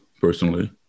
personally